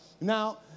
Now